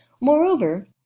Moreover